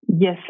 Yes